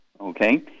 okay